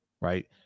right